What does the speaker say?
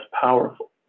powerful